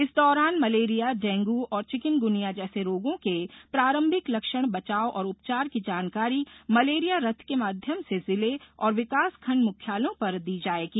इस दौरान malaria dengue और चिकिनगुनिया जैसे रोगों के प्रारंभिक लक्षण बचाव और उपचार की जानकारी मलेरिया रथ के माध्यम से जिले और विकासखंड मुख्यालयों पर दी जाएगी